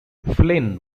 flynn